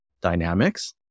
dynamics